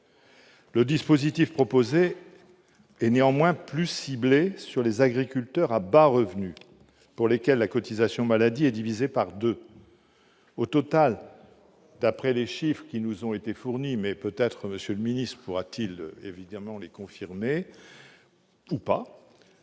Le dispositif proposé est néanmoins plus ciblé sur les agriculteurs à bas revenus, pour lesquels la cotisation maladie est divisée par deux. Au total, selon les chiffres fournis- peut-être M. le ministre pourra-t-il les confirmer ou les